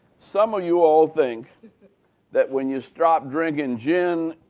some of you all think that when you stop drinking gin